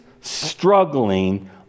struggling